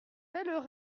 pellerin